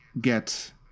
get